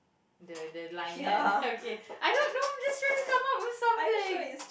the the line ya kan okay I don't know I'm just trying to come up with something